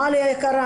מלי היקרה,